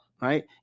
right